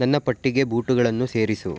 ನನ್ನ ಪಟ್ಟಿಗೆ ಬೂಟುಗಳನ್ನು ಸೇರಿಸು